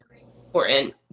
important